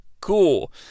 cool